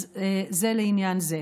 אז זה לעניין זה.